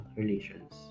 relations